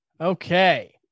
Okay